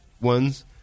ones